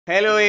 Hello